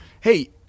hey